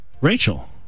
Rachel